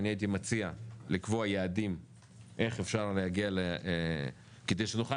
אני הייתי מציע לקבוע יעדים איך אפשר להגיע כדי שנוכל